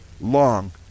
long